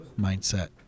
mindset